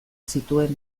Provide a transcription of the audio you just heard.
zituen